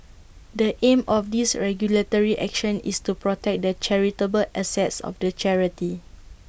the aim of this regulatory action is to protect the charitable assets of the charity